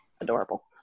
adorable